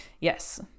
Yes